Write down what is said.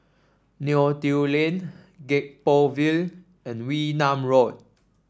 Neo Tiew Lane Gek Poh Ville and Wee Nam Road